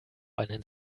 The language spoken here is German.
einen